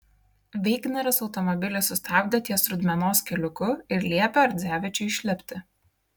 veigneris automobilį sustabdė ties rudmenos keliuku ir liepė ardzevičiui išlipti